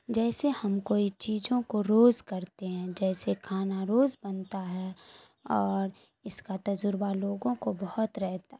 جیسے ہم کوئی چیزوں کو روز کرتے ہیں جیسے کھانا روز بنتا ہے اور اس کا تجربہ لوگوں کو بہت رہتا ہے